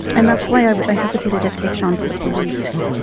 and that's why ah i hesitated a take sean to the police.